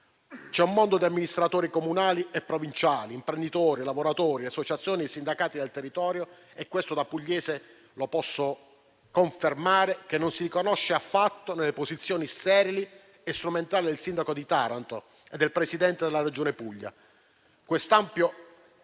C'è un mondo di amministratori comunali e provinciali, imprenditori e lavoratori, associazioni e sindacati del territorio, come da pugliese posso confermare, che non si riconosce affatto nelle posizioni sterili e strumentali del sindaco di Taranto e del Presidente della Regione Puglia. Quest'ampio